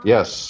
Yes